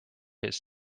his